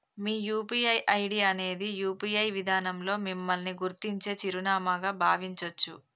మీ UPI ID అనేది UPI విధానంలో మిమ్మల్ని గుర్తించే చిరునామాగా భావించొచ్చు